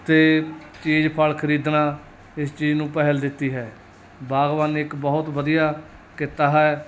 ਅਤੇ ਚੀਜ਼ ਫਲ ਖਰੀਦਣਾ ਇਸ ਚੀਜ਼ ਨੂੰ ਪਹਿਲ ਦਿੱਤੀ ਹੈ ਬਾਗਬਾਨੀ ਇੱਕ ਬਹੁਤ ਵਧੀਆ ਕਿੱਤਾ ਹੈ